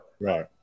Right